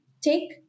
take